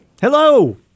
Hello